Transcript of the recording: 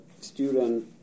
student